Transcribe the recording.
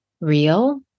real